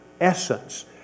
essence